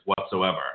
whatsoever